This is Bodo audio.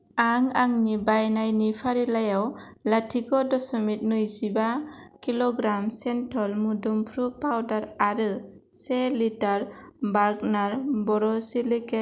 आं आंनि बायनायनि फारिलाइयाव लाथिख' दसमिथ नैजिबा किलो ग्राम सिन्थल मोदोम्फ्रु पाउदार आरो से लिटार बार्गनार बरसिलिकेट